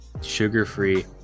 sugar-free